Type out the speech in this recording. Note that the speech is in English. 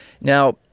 Now